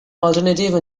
alternative